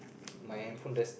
my handphone does